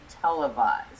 televised